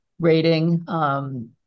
rating